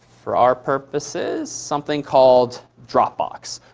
for our purposes, something called dropbox.